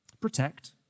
Protect